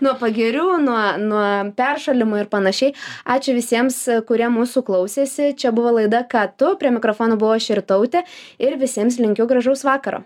nuo pagirių nuo nuo peršalimų ir panašiai ačiū visiems kurie mūsų klausėsi čia buvo laida ką tu prie mikrofono buvo aš rytautė ir visiems linkiu gražaus vakaro